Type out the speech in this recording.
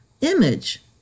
image